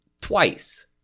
twice